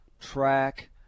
track